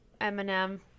eminem